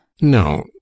no